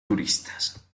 turistas